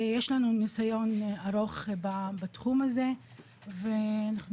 יש לנו ניסיון ארוך בתחום הזה ואנחנו